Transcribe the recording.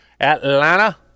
Atlanta